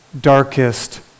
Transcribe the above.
darkest